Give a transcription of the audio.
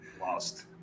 lost